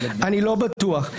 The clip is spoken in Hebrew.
אני לא בטוח.